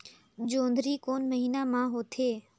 जोंदरी कोन महीना म होथे?